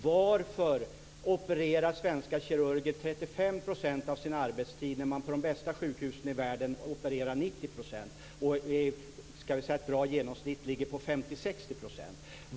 Varför opererar svenska kirurger 35 % av sin arbetstid när man på de bästa sjukhusen i världen opererar 90 %? Ett bra genomsnitt ligger på 50-60 %.